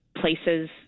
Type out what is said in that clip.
places